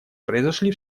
произошли